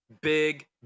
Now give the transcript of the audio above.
Big